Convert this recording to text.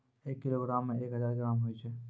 एक किलोग्रामो मे एक हजार ग्राम होय छै